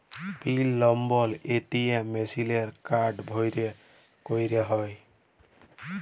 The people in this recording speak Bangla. পিল লম্বর এ.টি.এম মিশিলে কাড় ভ্যইরে ক্যইরতে হ্যয়